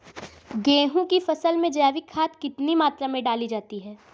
गेहूँ की फसल में जैविक खाद कितनी मात्रा में डाली जाती है?